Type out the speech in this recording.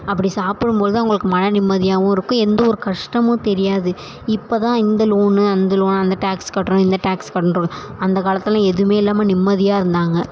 அப்படி சாப்பிடும் பொழுது அவங்களுக்கு மனநிம்மதியாகவும் இருக்கும் எந்த ஒரு கஷ்டமும் தெரியாது இப்போ தான் இந்த லோனு அந்த லோனு அந்த டேக்ஸ் கட்டணும் இந்த டேக்ஸ் அந்த காலத்திலல்லாம் எதுவும் இல்லாமல் நிம்மதியாக இருந்தாங்க